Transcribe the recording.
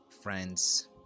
friends